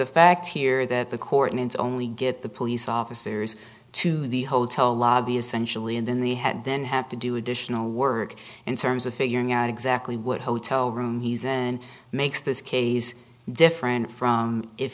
fact here that the court and it's only get the police officers to the hotel lobby essentially and then the head then have to do additional work and terms of figuring out exactly what hotel room he's in makes this case different from if